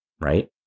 right